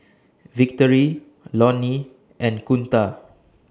Victory Lonny and Kunta